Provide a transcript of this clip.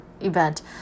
event